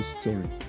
story